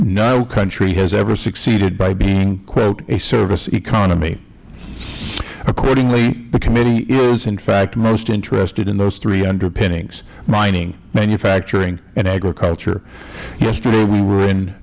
no country has ever succeeded by being quote a service economy accordingly the committee is in fact most interested in those three underpinnings mining manufacturing and agriculture yesterday we were in